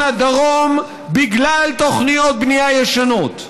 עד דרום בגלל תוכניות בנייה ישנות.